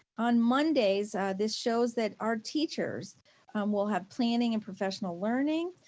on mondays, this shows that our teachers will have planning and professional learning.